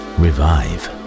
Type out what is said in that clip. revive